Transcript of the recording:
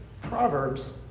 Proverbs